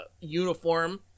uniform